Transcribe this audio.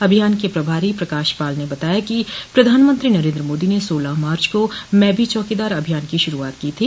अभियान के प्रभारी प्रकाश पाल ने बताया कि प्रधानमंत्री नरेन्द्र मोदी ने सोलह मार्च को मैं भी चौकीदार अभियान की शुरूआत की थी